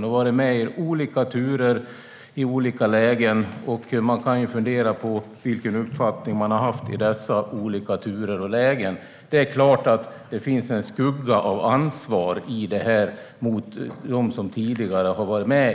Han har varit med om olika turer och i olika lägen, och man kan ju fundera på vilken uppfattning han har haft i dessa olika turer och lägen. Det går inte att komma ifrån att det finns en skugga av ansvar för detta hos dem som tidigare har varit med,